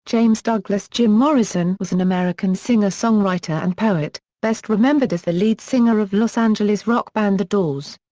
james douglas jim morrison was an american singer-songwriter and poet, best remembered as the lead singer of los angeles rock band the doors.